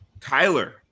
Tyler